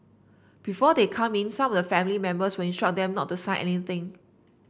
before they come in some of their family members will instruct them not to sign anything